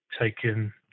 taken